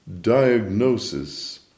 diagnosis